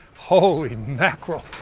holy mackerel.